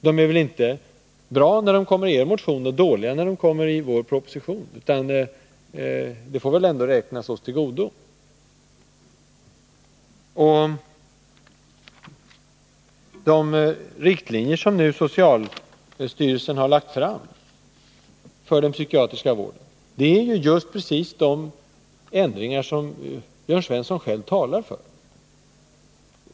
De är väl inte bra bara när de läggs fram i er motion men dåliga när de finns i vår proposition, utan det får väl ändå räknas oss till godo att vi har lagt fram dessa förslag! De riktlinjer för den psykiatriska vården som socialstyrelsen nu har lagt fram innehåller just precis de ändringar som Jörn Svensson själv talar för.